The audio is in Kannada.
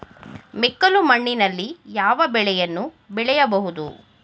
ಮೆಕ್ಕಲು ಮಣ್ಣಿನಲ್ಲಿ ಯಾವ ಬೆಳೆಯನ್ನು ಬೆಳೆಯಬಹುದು?